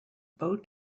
bow